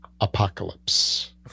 apocalypse